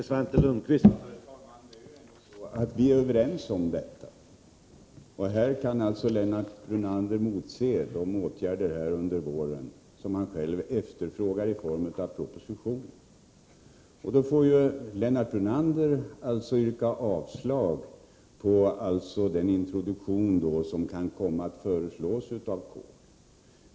Herr talman! Vi är ju överens om detta, och under våren kan alltså Lennart Brunander motse de åtgärder som han själv efterfrågar i form av en proposition. Då får Lennart Brunander yrka avslag på den introduktion av kol som kan komma att föreslås.